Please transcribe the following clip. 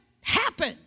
happen